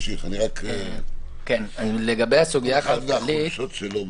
כל אחד והחולשות שלו.